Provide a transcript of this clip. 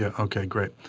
yeah ok, great.